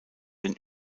den